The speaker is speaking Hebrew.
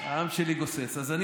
העם שלי גוסס ומת.